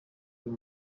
uyu